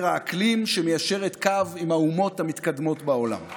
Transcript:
האקלים שמיישרת קו עם האומות המתקדמות בעולם.